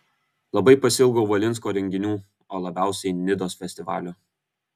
labai pasiilgau valinsko renginių o labiausiai nidos festivalio